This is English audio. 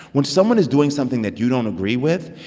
when someone is doing something that you don't agree with,